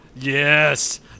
Yes